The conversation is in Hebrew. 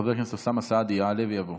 חבר הכנסת אוסאמה סעדי יעלה ויבוא.